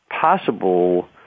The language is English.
possible